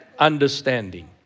Understanding